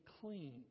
clean